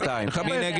כן, מי בעד?